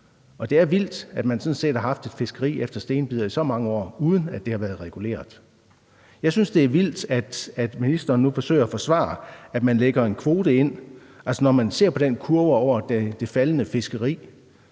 Det er vildt, at man sådan set har haft et fiskeri efter stenbider i så mange år, uden at det har været reguleret. Jeg synes, det er vildt, at ministeren nu forsøger at forsvare, at man lægger en kvote ind. Når man ser på den kurve over det faldende fiskeri,